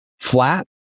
Flat